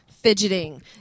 fidgeting